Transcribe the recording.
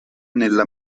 nella